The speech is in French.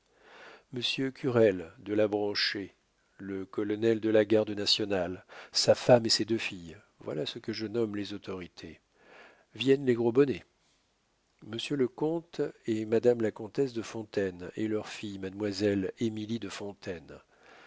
monsieur curel de l'abranchet le colonel de la garde nationale sa femme et ses deux filles voilà ce que je nomme les autorités viennent les gros bonnets monsieur le comte et madame la comtesse de fontaine et leur fille mademoiselle émilie de fontaine